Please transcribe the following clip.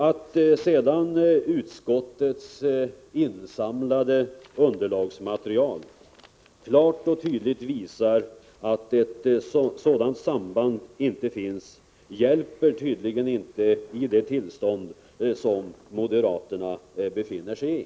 Att sedan utskottets insamlade underlagsmaterial klart visar att ett sådant samband inte finns hjälper tydligen inte i det tillstånd som moderaterna befinner sig i.